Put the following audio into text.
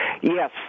Yes